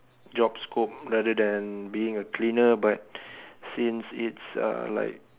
job scope rather than being a cleaner but since it's uh like